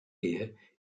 here